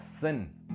sin